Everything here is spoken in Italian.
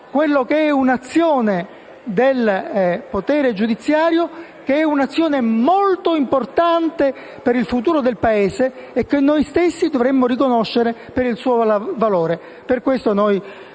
teorema un'azione del potere giudiziario, che è molto importante per il futuro del Paese e che noi stessi dovremmo riconoscere per il suo valore. Per questo il